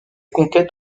conquêtes